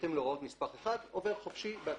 בהתאם להוראות נספח 1, עובר חופשי בהצלחה.